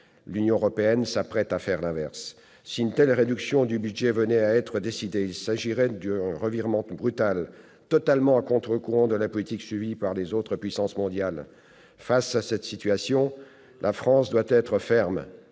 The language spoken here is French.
L'Union européenne s'apprête à faire l'inverse. C'est vrai ! Si une telle réduction du budget venait à être décidée, il s'agirait d'un revirement brutal, totalement à contre-courant de la politique suivie par les autres puissances mondiales. Face à cette situation, la France doit être ferme